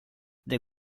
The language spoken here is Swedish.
det